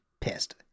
pissed